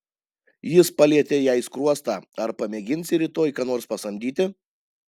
jis palietė jai skruostą ar pamėginsi rytoj ką nors pasamdyti